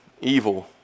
evil